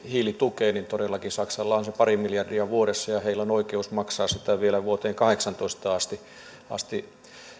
hiilitukeen sitä todellakin saksalla on pari miljardia vuodessa ja heillä on oikeus maksaa sitä vielä vuoteen kahdeksantoista asti asti